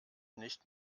nicht